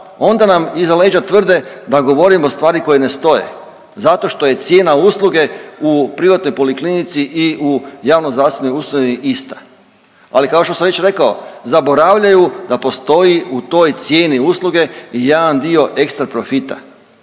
onda nam iza leđa tvrde da govorimo stvari koje ne stoje zato što je cijena usluge u privatnoj poliklinici i u javnozdravstvenoj ustanovi ista. Ali kao što sam već rekao, zaboravljaju da postoji u toj cijeni usluge i jedan dio ekstra profita,